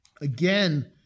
again